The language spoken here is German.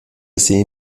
sie